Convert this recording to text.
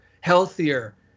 healthier